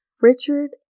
Richard